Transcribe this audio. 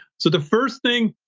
so the first thing,